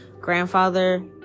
grandfather